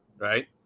right